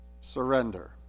surrender